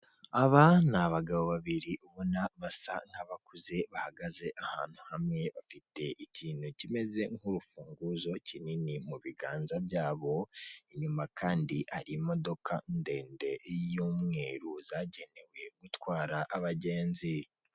Aba ni abagabo babiri ubona basa nk'abakuze bahagaze ahantu hamwe, bafite ikintu kimeze nk'urufunguzo kinini mu biganza byabo, inyuma kandi hari imodoka ndende y'umweru zagenewe gutwara abagenzi.